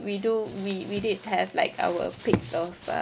we do we we did have like our picks of uh